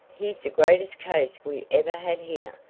he's the greatest case we ever had here.